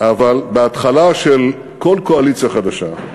אבל בהתחלה של כל קואליציה חדשה,